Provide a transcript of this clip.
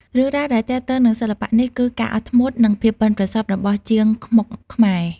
រឿងរ៉ាវដែលទាក់ទងនឹងសិល្បៈនេះគឺ ការអត់ធ្មត់ និងភាពប៉ិនប្រសប់ របស់ជាងខ្មុកខ្មែរ។